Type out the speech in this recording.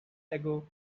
ago